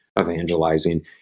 evangelizing